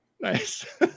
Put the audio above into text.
Nice